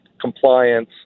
compliance